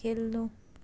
खेल्नु